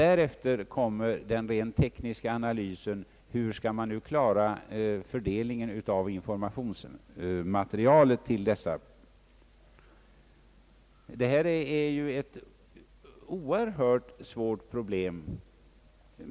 Därefter kommer den rent tekniska analysen, hur man skall klara fördelningen av informationsmaterialet till dessa. Detta är ett oerhört svårt problem.